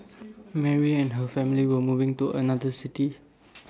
Mary and her family were moving to another city